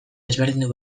ezberdindu